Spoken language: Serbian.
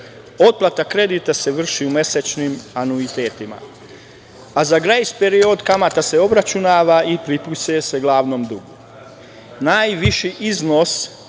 Otplata kredita se vrši u mesečnim anuitetima, a za grejs period kamata se obračunava i pripisuje se glavnom dugu. Najviši iznos